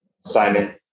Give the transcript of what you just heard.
Simon